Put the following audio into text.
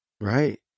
Right